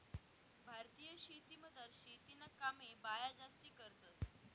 भारतीय शेतीमझार शेतीना कामे बाया जास्ती करतंस